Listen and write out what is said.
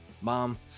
mom